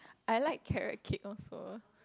I like carrot cake also